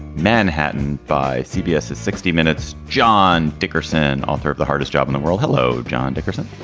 manhattan by cbs's sixty minutes john dickerson, author of the hardest job in the world. hello, john dickerson.